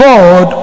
God